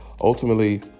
ultimately